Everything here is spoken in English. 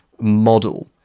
model